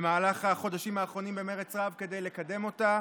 במהלך החודשים האחרונים במרץ רב כדי לקדם אותה